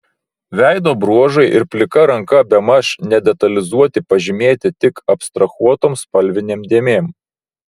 veido bruožai ir plika ranka bemaž nedetalizuoti pažymėti tik abstrahuotom spalvinėm dėmėm